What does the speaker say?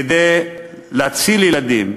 כדי להציל ילדים,